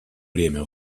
время